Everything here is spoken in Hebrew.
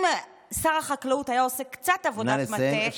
אם שר החקלאות היה עושה קצת עבודת מטה, נא לסיים.